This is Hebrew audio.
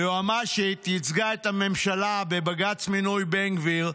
היועמ"שית ייצגה את הממשלה בבג"ץ מינוי בן גביר,